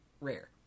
rare